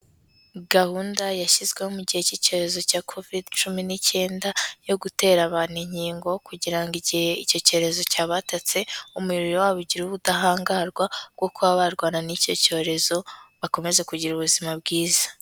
Gahunda yashyizweho mu gihe cy'icyorezo cya Kovidi cumi n'icyenda, yo gutera abantu inkingo kugira ngo igihe icyo cyorezo cyabatatse, umubiri wabo ugire ubudahangarwa bwo kuba barwana n'icyo cyorezo, bakomeze kugira ubuzima bwiza.